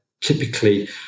typically